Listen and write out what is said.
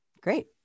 Great